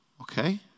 Okay